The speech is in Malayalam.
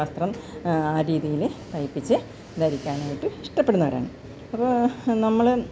വസ്ത്രം ആ രീതിയില് തയ്പ്പിച്ച് ധരിക്കാനായിട്ട് ഇഷ്ടപ്പെടുന്നവരാണ് അപ്പോൾ നമ്മള്